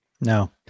No